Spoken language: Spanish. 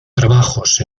trabajos